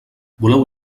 voleu